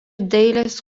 dailės